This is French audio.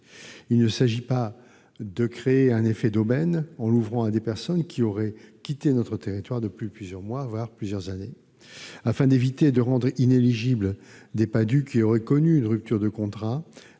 Il ne faudrait pas créer un effet d'aubaine en ouvrant cette possibilité à des personnes qui auraient quitté notre territoire depuis plusieurs mois, voire plusieurs années. Afin d'éviter de rendre inéligibles des Padhue qui auraient connu une rupture de contrat,